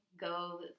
go